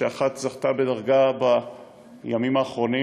שאחת זכתה בדרגה בימים האחרונים,